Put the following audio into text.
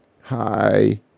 Hi